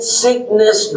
sickness